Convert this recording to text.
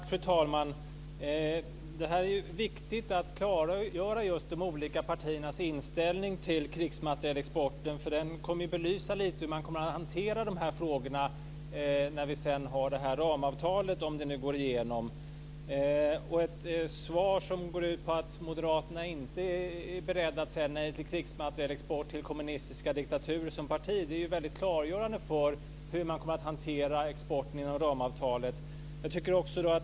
Fru talman! Det är viktigt att klargöra de olika partiernas inställning till krigsmaterielexporten, för den kommer att belysa lite hur man kommer att hantera de här frågorna när vi sedan har ramavtalet, om det nu går igenom. Ett svar som går ut på att Moderaterna inte är beredda att säga nej till krigsmaterielexport till kommunistiska diktaturer som parti är klargörande för hur de kommer att hantera exporten inom ramavtalet.